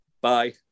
Bye